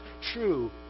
true